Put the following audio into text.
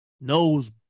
knows